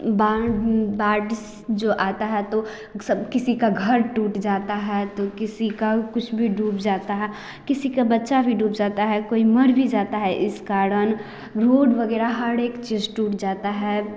बाढ़ बाढ़ जो आता है सब किसी का घर टूट जाता है तो किसी का कुछ भी डूब जाता है किसी का बच्चा डूब जाता है कोई मर भी जाता है इस कारण रोड वगैरह हर एक चीज टूट जाता है